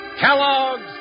Kellogg's